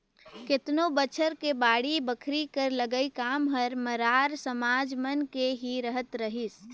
केतनो बछर ले बाड़ी बखरी कर लगई काम हर मरार समाज मन के ही रहत रहिस